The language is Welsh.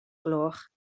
gloch